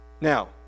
Now